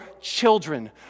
children